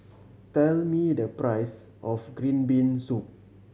tell me the price of green bean soup